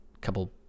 couple